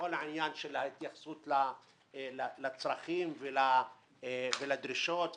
בכל העניין של ההתייחסות לצרכים, לדרישות ולניהול.